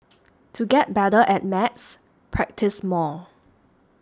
to get better at maths practise more